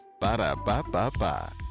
Ba-da-ba-ba-ba